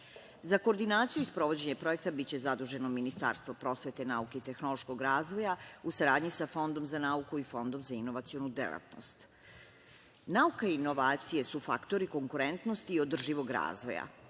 koordinaciju i sprovođenje projekta biće zaduženo Ministarstvo prosvete, nauke, tehnološkog razvoja u saradnji sa Fondom za nauku i Fondom za inovacionu delatnost. Nauka i inovacije su faktori konkurentnosti i održivog razvoja.